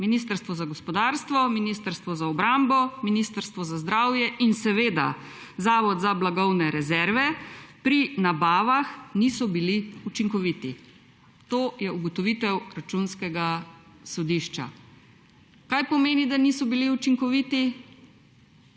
razvoj in tehnologijo, Ministrstvo za obrambo, Ministrstvo za zdravje in seveda Zavod za blagovne rezerve pri nabavah niso bili učinkoviti. To je ugotovitev Računskega sodišča. Kaj pomeni, da niso bili učinkoviti?